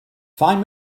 find